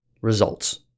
results